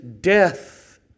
death